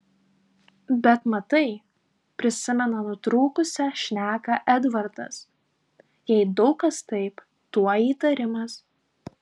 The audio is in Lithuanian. bet matai prisimena nutrūkusią šneką edvardas jei daug kas taip tuoj įtarimas